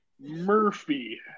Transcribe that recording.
Murphy